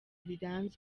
rirambye